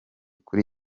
kuri